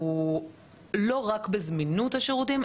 הוא לא רק בזמינות השירותים,